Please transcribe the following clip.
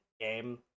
game